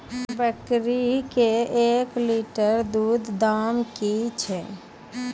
बकरी के एक लिटर दूध दाम कि छ?